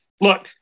look